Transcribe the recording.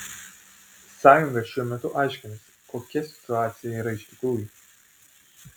sąjunga šiuo metu aiškinasi kokia situacija yra iš tikrųjų